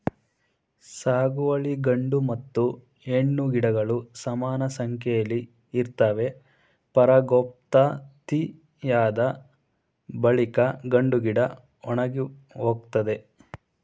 ಸಾಗುವಳಿಲಿ ಗಂಡು ಮತ್ತು ಹೆಣ್ಣು ಗಿಡಗಳು ಸಮಾನಸಂಖ್ಯೆಲಿ ಇರ್ತವೆ ಪರಾಗೋತ್ಪತ್ತಿಯಾದ ಬಳಿಕ ಗಂಡುಗಿಡ ಒಣಗಿಹೋಗ್ತದೆ